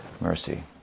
mercy